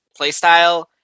playstyle